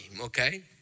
okay